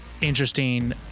interesting